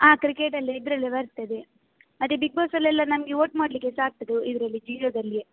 ಆಂ ಕ್ರಿಕೆಟೆಲ್ಲ ಇದರಲ್ಲೆ ಬರ್ತದೆ ಅದೇ ಬಿಗ್ ಬಾಸಲ್ಲೆಲ್ಲ ನನಗೆ ವೋಟ್ ಮಾಡಲಿಕ್ಕೆ ಸಹ ಆಗ್ತದೆ ಇದರಲ್ಲಿ ಜಿಯೋದಲ್ಲಿ